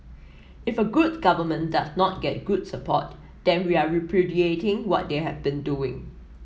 if a good government does not get good support then we are repudiating what they have been doing